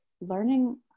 learning